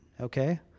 Okay